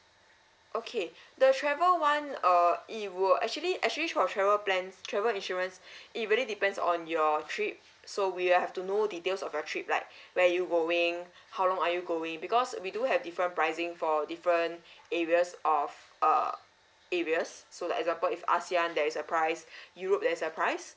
okay the travel one uh it would actually actually for travel plans travel insurance it really depends on your trip so we have to know details of your trip like where're you going how long are you going because we do have different pricing for different areas of uh areas so like example if asean there is a price europe there's a price